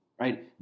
right